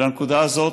הנקודה הזאת,